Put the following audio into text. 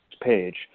page